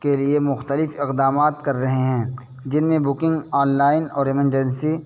کے لیے مختلف اقدامات کر رہے ہیں جن میں بکنگ آن لائن اور ایمرجینسی